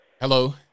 Hello